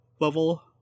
level